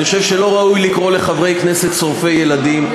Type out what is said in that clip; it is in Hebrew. אני חושב שלא ראוי לקרוא לחברי כנסת שורפי ילדים,